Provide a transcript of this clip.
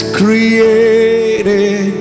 created